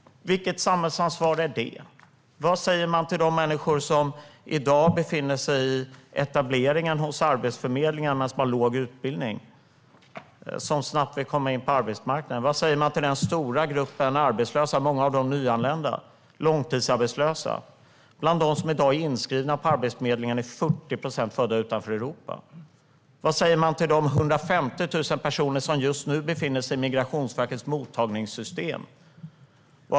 Vilket samhällsansvar är det? Vad säger man till de människor som i dag befinner sig i etableringen hos Arbetsförmedlingen men som har låg utbildning och som snabbt vill komma in på arbetsmarknaden? Vad säger man till den stora gruppen arbetslösa, många av dem nyanlända och långtidsarbetslösa? Bland dem som i dag är inskrivna på Arbetsförmedlingen är 40 procent födda utanför Europa. Vad säger man till de 150 000 personer som just nu befinner sig i Migrationsverkets mottagningssystem?